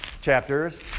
chapters